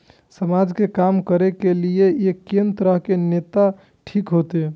समाज के काम करें के ली ये कोन तरह के नेता ठीक होते?